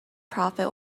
profit